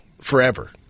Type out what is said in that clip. forever